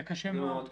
זה קשה מאוד.